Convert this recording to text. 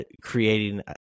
creating